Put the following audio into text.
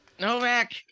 Novak